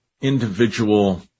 individual